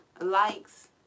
likes